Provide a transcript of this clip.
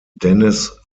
dennis